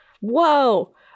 Whoa